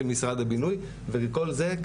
של משרד הבינוי ולכל זה,